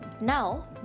now